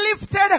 lifted